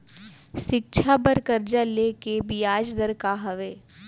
शिक्षा बर कर्जा ले के बियाज दर का हवे?